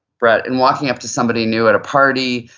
brett, in walking up to somebody new at a party,